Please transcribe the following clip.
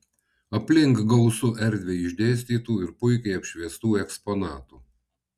aplink gausu erdviai išdėstytų ir puikiai apšviestų eksponatų